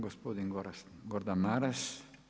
Gospodin Gordan Maras.